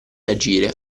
agire